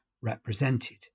represented